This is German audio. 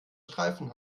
streifen